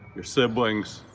your siblings,